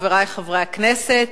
חברי חברי הכנסת,